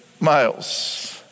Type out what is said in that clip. miles